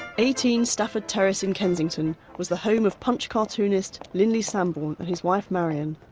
eighteen stafford terrace, in kensington, was the home of punch cartoonist linley sambourne and his wife marion,